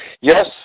Yes